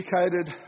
educated